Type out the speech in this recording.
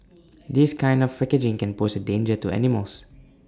this kind of packaging can pose A danger to animals